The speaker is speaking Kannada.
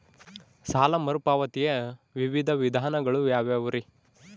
ಸಾಲ ಮರುಪಾವತಿಯ ವಿವಿಧ ವಿಧಾನಗಳು ಯಾವ್ಯಾವುರಿ?